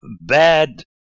bad